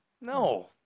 No